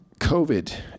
COVID